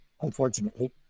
unfortunately